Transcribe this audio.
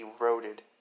eroded